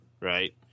right